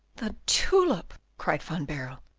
the tulip! cried van baerle,